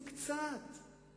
קצת.